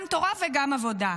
גם תורה וגם עבודה,